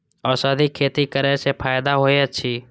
औषधि खेती करे स फायदा होय अछि?